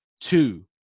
Two